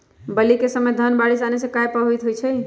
बली क समय धन बारिस आने से कहे पभवित होई छई?